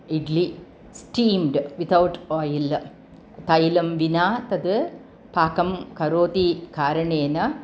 idli steamed without oil तैलं विना तत् पाकं करोति कारणेन